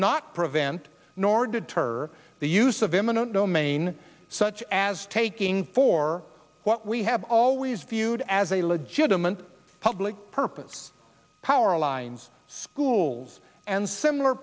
not prevent nor deter the use of eminent domain such as taking for what we have always viewed as a legitimate public purpose powerlines schools and similar